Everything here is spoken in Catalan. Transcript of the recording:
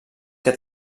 que